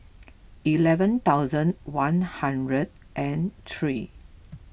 eleven thousand one hundred and three